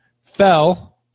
fell